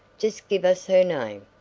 just give us her name.